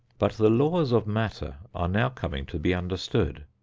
but the laws of matter are now coming to be understood.